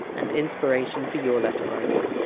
and inspiration for your letter-writing